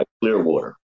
Clearwater